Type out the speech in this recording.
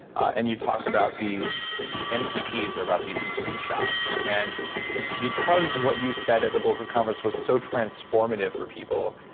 and you talked about these mtps or about these moonshots and because what you said at the bulletproof conference was so transformative for people,